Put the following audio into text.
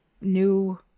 new